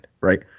right